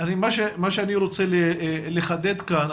מה שאני רוצה לחדד כאן,